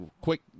Quick